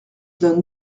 donne